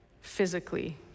physically